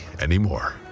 anymore